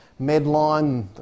Medline